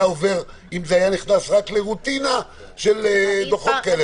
נכנס רק לרוטינה של דוחות כאלה ואחרים.